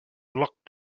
locked